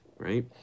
right